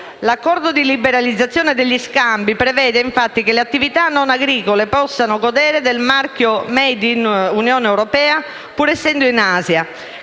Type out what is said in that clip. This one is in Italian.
L'accordo di liberalizzazione degli scambi, prevede infatti che le attività non agricole potranno godere del marchio *made* in Unione europea, pur essendo in Asia;